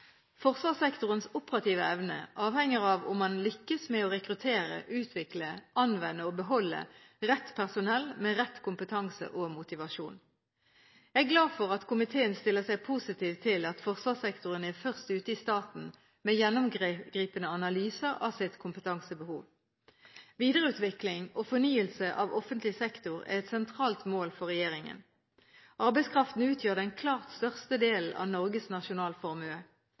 Forsvarssektorens operative evne avhenger av om man lykkes med å rekruttere, utvikle, anvende og beholde rett personell med rett kompetanse og motivasjon. Jeg er glad for at komiteen stiller seg positiv til at forsvarssektoren er først ute i staten med gjennomgripende analyser av sitt kompetansebehov. Videreutvikling og fornyelse av offentlig sektor er et sentralt mål for regjeringen. Arbeidskraften utgjør den klart største delen av Norges nasjonalformue.